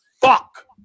fuck